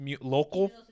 local